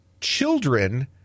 children